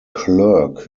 clerk